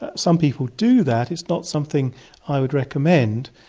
ah some people do that. it's not something i would recommend,